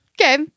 Okay